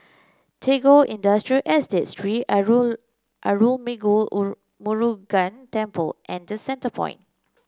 Tagore Industrial Estate Sri Arulmigu Murugan Temple and The Centrepoint